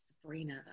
Sabrina